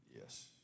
Yes